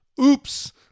Oops